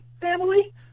family